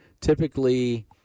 typically